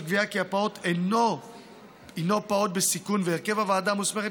קביעה שהפעוט הינו פעוט בסיכון ובהרכב הוועדה המוסמכת